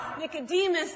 Nicodemus